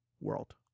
world